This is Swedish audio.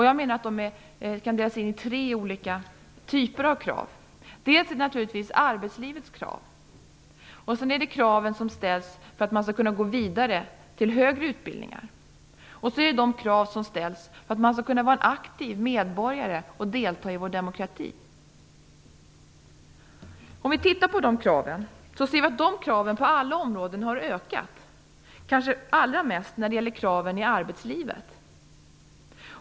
Jag menar att kraven kan delas in i tre olika typer: arbetslivets krav, krav som ställs för att man skall kunna gå vidare till högre utbildningar och krav som ställs för att man skall kunna vara en aktiv medborgare och delta i vår demokrati. På alla områden har dessa krav ökat. Allra mest gäller det kanske kraven i arbetslivet.